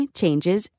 changes